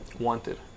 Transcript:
Wanted